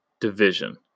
division